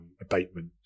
abatement